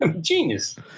Genius